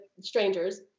strangers